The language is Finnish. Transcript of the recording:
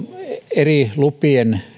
eri lupien